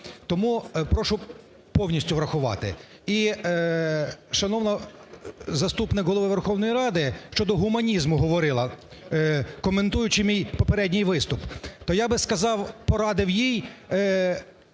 Тому прошу повністю врахувати. І шановна заступник Голови Верховної Ради щодо гуманізму говорила, коментуючи мій попередній виступ. То я би сказав, порадив їй